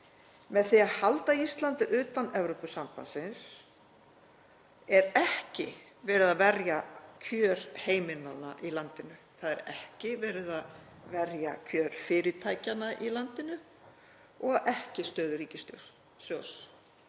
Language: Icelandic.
Með því að halda Íslandi utan Evrópusambandsins er ekki verið að verja kjör heimilanna í landinu. Það er ekki verið að verja kjör fyrirtækjanna í landinu og ekki stöðu ríkissjóðs.